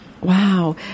Wow